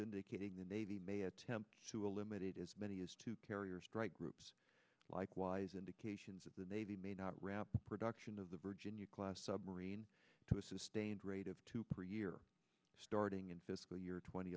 indicating the navy may attempt to a limited as many as two carrier strike group likewise indications of the navy may not wrap production of the virginia class submarine to a sustained rate of two per year starting in fiscal y